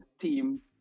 team